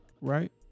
Right